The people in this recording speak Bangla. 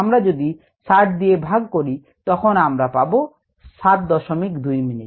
আমরা যদি 60 দিয়ে ভাগ করি তখন আমরা পাব 72 মিনিট